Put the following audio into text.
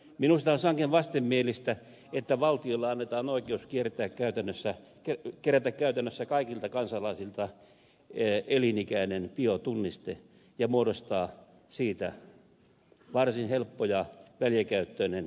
minusta on sangen vastenmielistä että valtiolle annetaan oikeus kerätä käytännössä kaikilta kansalaisilta elinikäinen biotunniste ja muodostaa siitä varsin helppo ja väljäkäyttöinen rekisteri